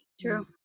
true